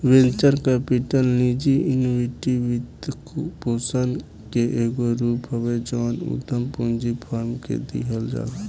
venture capital निजी equity वित्तपोषण के एगो रूप हवे जवन उधम पूंजी फार्म के दिहल जाला